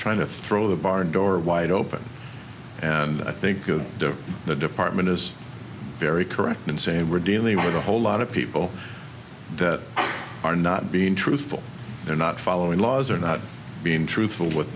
trying to throw the barn door wide open and i think good the department is very correct in saying we're dealing with a whole lot of people that are not being truthful they're not following laws or not being truthful with